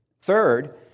Third